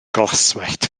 glaswellt